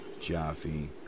Jaffe